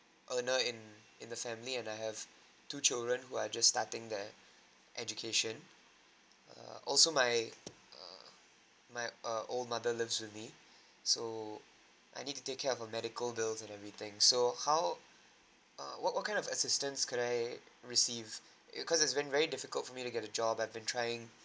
earner in in the family and I have two children who are just starting their education uh also my err my err old mother lives with me so I need to take care of her medical bills and everything so how err what what kind of assistance could I received it cause it's very very difficult for me to get a job I've been trying